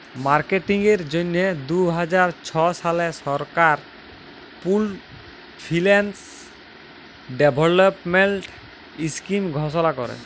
মার্কেটিংয়ের জ্যনহে দু হাজার ছ সালে সরকার পুল্ড ফিল্যাল্স ডেভেলপমেল্ট ইস্কিম ঘষলা ক্যরে